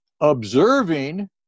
observing